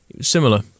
Similar